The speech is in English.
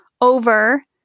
over